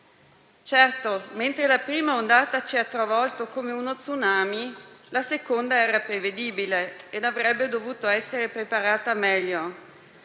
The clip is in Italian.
Certo, mentre la prima ondata ci ha travolto come uno *tsunami*, la seconda era prevedibile e avrebbe dovuto essere preparata meglio.